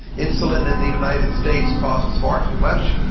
insulin in the united states costs far too much,